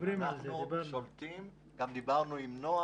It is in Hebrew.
דיברנו גם עם נח